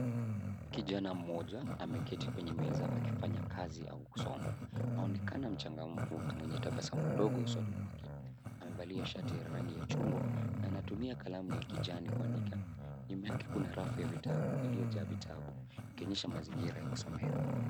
Kijana mmoja ameketi kwenye meza akifanya kazi au kusoma anaonekana mchangamfu na mwenye tabasamu ndogo usoni mwake, amevalia sharti ya rangi ya chungwa na anatumia kalamu ya kijani kuandika nyuma yake kuna rafu ya vitabu iliyojaa vitabu ikionyesha mazingira ya kusomea.